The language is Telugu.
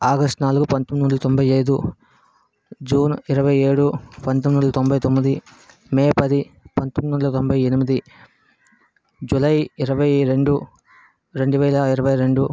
ఆగస్టు నాలుగు పంతొమ్మిది వందల తొంభై ఐదు జూన్ ఇరవై ఏడు పంతొమ్మిది వందల తొంభై తొమ్మిది మే పది పంతొమ్మిది వందల తొంభై ఎనిమిది జూలై ఇరవై రెండు రెండు వేల ఇరవై రెండు